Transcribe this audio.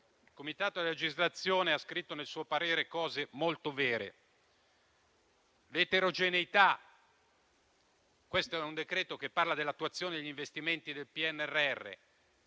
Il Comitato per la legislazione ha scritto nel suo parere cose molto vere sull'eterogeneità. Questo è un decreto che parla dell'attuazione degli investimenti del PNRR: